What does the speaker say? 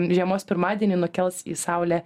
žiemos pirmadienį nukels į saulę